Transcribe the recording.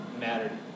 mattered